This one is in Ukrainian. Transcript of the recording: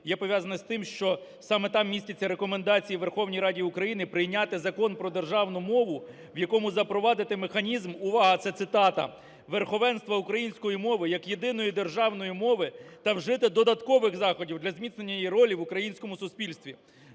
є пов'язаний з тим, що саме там містяться рекомендації Верховній Раді України прийняти Закон про державну мову, в якому запровадити механізм - увага, це цитата, - "верховенства української мови як єдиної державної мови та вжити додаткових заходів для зміцнення її ролі в українському суспільстві".